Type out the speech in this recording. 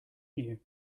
knew